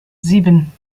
sieben